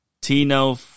Tino